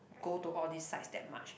go to all these sites that much